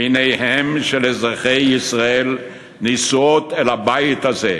עיניהם של אזרחי ישראל נשואות אל הבית הזה,